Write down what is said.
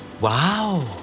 Wow